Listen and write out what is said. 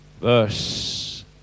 Verse